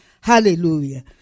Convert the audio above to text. Hallelujah